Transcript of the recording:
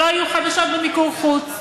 שלא יהיו חדשות במיקור-חוץ.